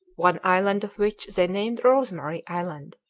one island of which they named rosemary island,